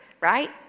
right